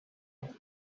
who